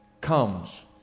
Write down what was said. comes